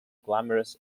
glamorous